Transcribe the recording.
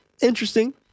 Interesting